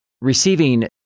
receiving